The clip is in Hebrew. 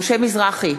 משה מזרחי,